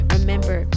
Remember